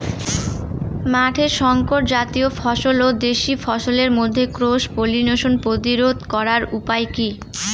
মাঠের শংকর জাতীয় ফসল ও দেশি ফসলের মধ্যে ক্রস পলিনেশন প্রতিরোধ করার উপায় কি?